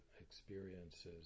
experiences